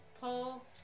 pull